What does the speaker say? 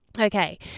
Okay